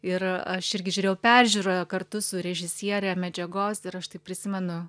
ir aš irgi žiūrėjau peržiūroje kartu su režisiere medžiagos ir aš taip prisimenu